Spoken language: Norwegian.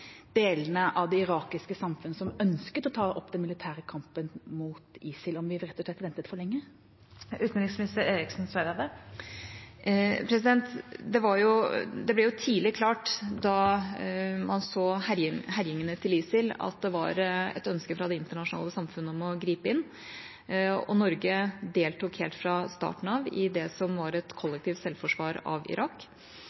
delene av det irakiske samfunn som ønsket å ta opp den militære kampen mot ISIL. Ventet vi rett og slett for lenge? Det ble tidlig klart, da man så herjingene til ISIL, at det var et ønske fra det internasjonale samfunnet om å gripe inn. Norge deltok helt fra starten av i det som var et